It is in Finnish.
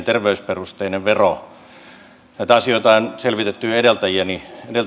terveysperusteinen vero näitä asioita on selvitetty jo edeltäjieni